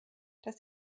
dass